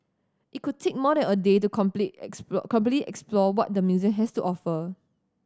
it could take more than a day to completely explore completely explore what the museum has to offer